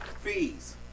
Fees